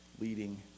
leading